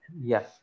yes